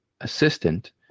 assistant